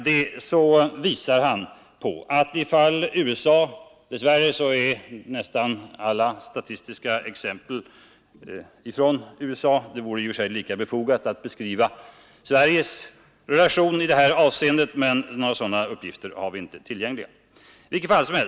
Dess värre är nästan alla statistiska exempel från USA Det vore lika befogat att beskriva Sveriges konsumtion i det här avseendet, men några sådana uppgifter har vi inte tillgängliga.